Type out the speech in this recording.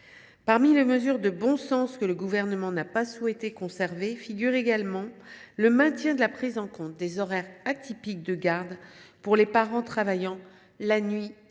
Parmi les mesures de bon sens que le Gouvernement n’a pas souhaité conserver figurent également le maintien de la prise en compte des horaires atypiques de garde pour les parents travaillant la nuit ou le week